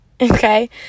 okay